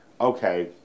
okay